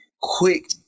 Quick